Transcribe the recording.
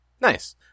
Nice